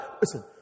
Listen